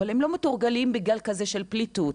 אבל הם לא מתורגלים בגל כזה של פליטות.